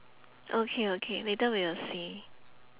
okay okay later we will see